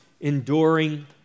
enduring